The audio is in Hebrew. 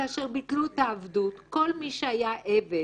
וכאשר ביטלו את העבדות, כל מי שהיה עבד